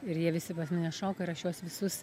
ir jie visi pas mane šoka ir aš juos visus